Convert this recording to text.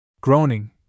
Groaning